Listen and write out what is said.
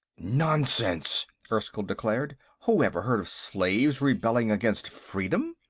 nonsense! erskyll declared. who ever heard of slaves rebelling against freedom?